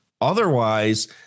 Otherwise